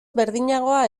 berdinagoa